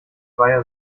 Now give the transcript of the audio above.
via